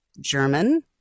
German